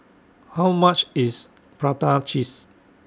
How much IS Prata Cheese